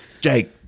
Jake